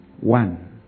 one